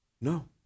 No